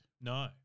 No